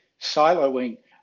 siloing